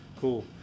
cool